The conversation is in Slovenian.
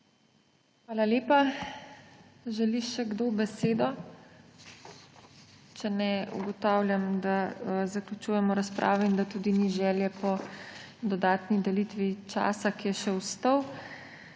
Hvala lepa. Želi še kdo besedo? Če ne, ugotavljam, da zaključujemo razpravo in da tudi ni želje po dodatni delitvi časa, ki je še ostal.